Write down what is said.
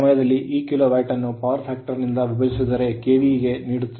ಆದ್ದರಿಂದ ಆ ಸಮಯದಲ್ಲಿ ಈ ಕಿಲೋವ್ಯಾಟ್ ಅನ್ನು ಪವರ್ ಫ್ಯಾಕ್ಟರ್ ನಿಂದ ವಿಭಜಿಸಿದರೆ KVA ಗೆ ನೀಡುತ್ತದೆ